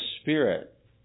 Spirit